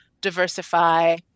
diversify